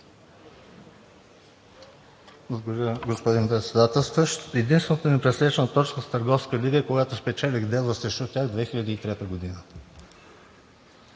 Благодаря,